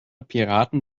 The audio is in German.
piraten